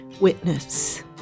witness